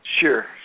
Sure